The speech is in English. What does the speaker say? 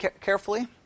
carefully